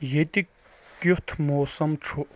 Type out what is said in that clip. ییٚتہِ کِیُتھ موسم چھُ ؟